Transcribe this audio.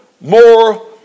more